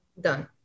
Done